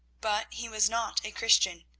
but he was not a christian,